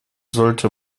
sollte